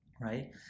right